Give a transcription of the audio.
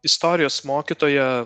istorijos mokytoja